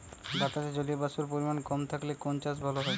বাতাসে জলীয়বাষ্পের পরিমাণ কম থাকলে কোন চাষ ভালো হয়?